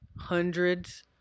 hundreds